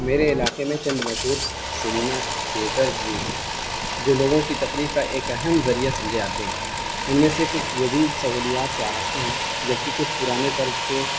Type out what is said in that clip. میرے علاقے میں چند مشہور سنیما تھیئیٹرز بھی ہیں جو لوگوں کی تفریح کا ایک اہم ذریعہ سمجھے آتے ہیں ان میں سے کچھ جدید سہولیات سے آراستہ ہیں جبکہ کچھ پرانے طرز کے